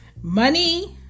money